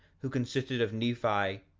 who consisted of nephi,